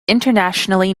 internationally